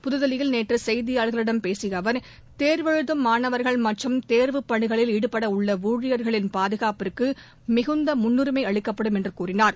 புதுதில்லியில் நேற்று செய்தியாளர்களிடம் பேசிய அவர் தேர்வெழுதும் மாணவர்கள் மற்றும் தேர்வுப் பணிகளில் ஈடுபடவுள்ள ஊழியர்களின் பாதுகாப்பிற்கு மிகுந்த முன்னுரிமை அளிக்கப்படும் என்று கூறினார்